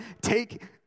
take